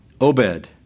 Obed